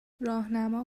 راهنما